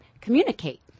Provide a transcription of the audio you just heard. communicate